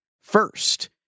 first